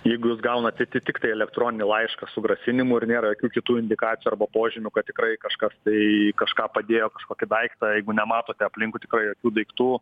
jeigu jūs gaunate ti tiktai elektroninį laišką su grasinimu ir nėra jokių kitų indikacijų arba požymių kad tikrai kažkas tai kažką padėjo kažkokį daiktą jeigu nematote aplinkui jokių daiktų